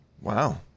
Wow